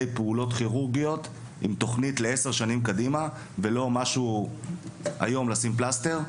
פעולות כירורגיות עם תוכנית לעשר שנים קדימה ולא משהו היום לשים פלסטר,